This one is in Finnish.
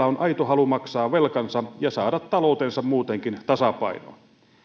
on aito halu maksaa velkansa ja saada taloutensa muutenkin tasapainoon